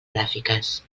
gràfiques